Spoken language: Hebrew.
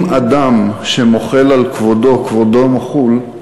אם אדם מוחל על כבודו, כבודו מחול,